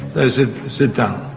i said, sit down.